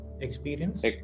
Experience